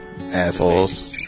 Assholes